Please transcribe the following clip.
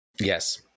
Yes